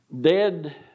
dead